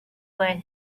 where